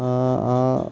ആ ആ